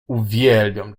uwielbiam